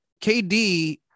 KD